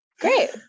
Great